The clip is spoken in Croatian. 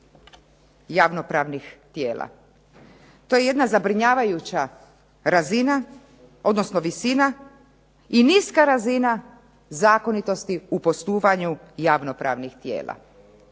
javno-pravnih tijela. To je jedna zabrinjavajuća razina odnosno visina i niska razina zakonitosti u postupanju javno-pravnih tijela.